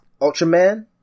Ultraman